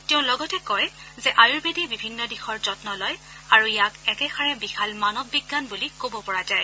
তেওঁ লগতে কয় যে আয়ুৰ্বেদে বিভিন্ন দিশৰ যন্ন লয় আৰু ইয়াক একেষাৰে বিশাল মানৱ বিজ্ঞান বুলি কব পৰা যায়